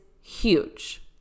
huge